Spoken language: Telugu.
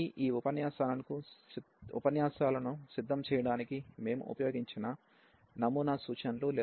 ఇవి ఈ ఉపన్యాసాలను సిద్ధం చేయడానికి మేము ఉపయోగించిన నమూనా సూచనలు